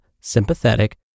sympathetic